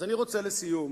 אז אני רוצה לסיום